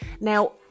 Now